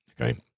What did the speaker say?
Okay